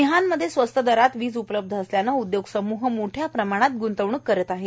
मिहानमध्ये स्वस्त दरात वीज उपलब्ध असल्याने उद्योग समृह मोठया प्रमाणात गुंतवणूक करत आहेत